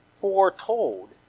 foretold